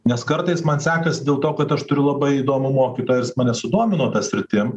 nes kartais man sekasi dėl to kad aš turiu labai įdomų mokytoją jis mane sudomino ta sritim